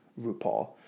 RuPaul